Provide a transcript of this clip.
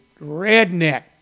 redneck